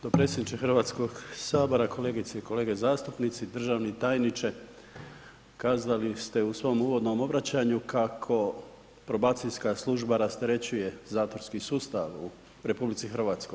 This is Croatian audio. Dopredsjedničke Hrvatskog sabora, kolegice i kolege zastupnici, državni tajniče kazali ste u svom uvodnom obraćanju kako probacijska služba rasterećuje zatvorski sustav u RH.